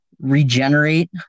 regenerate